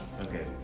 Okay